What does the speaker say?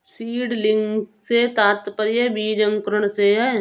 seedling से तात्पर्य बीज अंकुरण से है